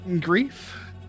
Grief